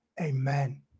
Amen